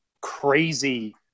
crazy